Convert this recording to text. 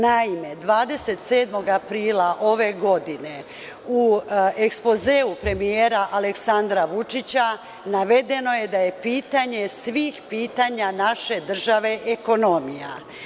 Naime, 27. aprila ove godine u ekspozeu premijera Aleksandra Vučića navedeno je da je pitanje svih pitanja naše države ekonomija.